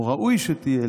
או ראוי שתהיה,